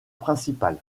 principale